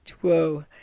whoa